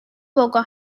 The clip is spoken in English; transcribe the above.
logo